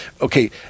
Okay